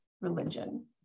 religion